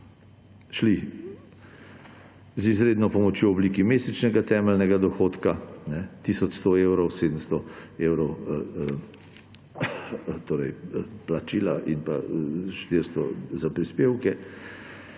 šli z izredno pomočjo v obliki mesečnega temeljnega dohodka tisoč 100 evrov: 700 evrov plačila in 400 za prispevke.